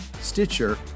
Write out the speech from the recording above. Stitcher